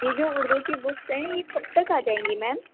یہ جو اردو کی بکس ہیں یہ کب تک آ جائیں گی میم